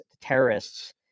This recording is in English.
terrorists